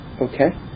Okay